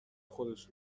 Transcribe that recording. خودش